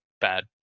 bad